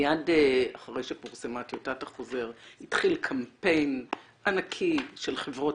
מיד אחרי שפורסמה טיוטת החוזר התחיל קמפיין ענקי של חברות